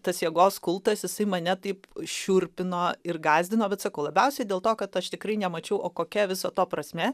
tas jėgos kultas jisai mane taip šiurpino ir gąsdino bet sakau labiausiai dėl to kad aš tikrai nemačiau o kokia viso to prasmė